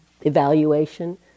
Evaluation